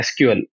SQL